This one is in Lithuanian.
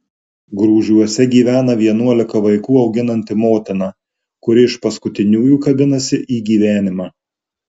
grūžiuose gyvena vienuolika vaikų auginanti motina kuri iš paskutiniųjų kabinasi į gyvenimą